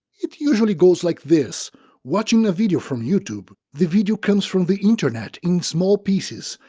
it usually goes like this watching a video from youtube, the video comes from the internet in small pieces,